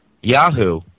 Yahoo